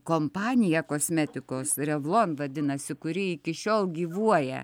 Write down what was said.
kompaniją kosmetikos revlon vadinasi kuri iki šiol gyvuoja